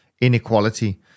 inequality